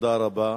תודה רבה.